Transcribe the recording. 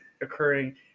occurring